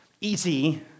easy